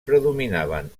predominaven